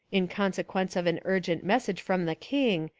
in consequence of an urgent message from the king,